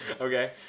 Okay